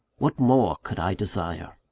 what more could i desire?